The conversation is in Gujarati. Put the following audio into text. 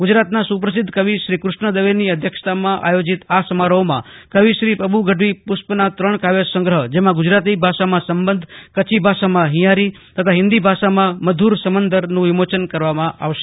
ગુજરાતના સુપ્રસીધ્ધ કવિ શ્રી કૃષ્ણ દવેની અધ્યક્ષતામાં આયોજિત આ સમારોહમાં કવિ શ્રી પબુ ગઢવી પુષ્પના ત્રણ કાવ્ય સંગ્રહ જેમાં ગુજરાતી ભાષામાં સંબંધ કચ્છી ભાષામાં હીયારી તથા હિન્દી ભાષામાં મધુર સમંદરનું વિમોચન કરવામાં આવશે